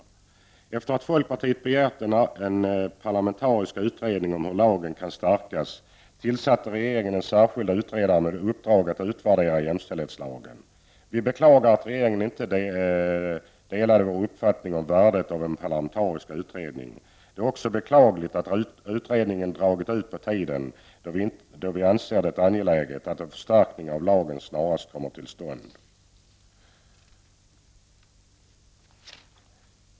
Efter det att folkpartiet hade begärt en parlamentarisk utredning om hur lagen kan stärkas, tillsatte regeringen en särskild utredare med uppdrag att utvärdera jämställdhetslagen. Vi beklagar att regeringen inte delar vår uppfattning om värdet av en parlamentarisk utredning. Det är också beklagligt att utredningen dragit ut på tiden, då vi anser det angeläget att en förstärkning av lagen snarast kommer till stånd.